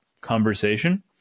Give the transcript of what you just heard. conversation